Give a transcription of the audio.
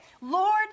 Lord